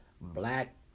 black